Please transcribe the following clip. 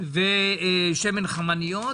ושמן חמניות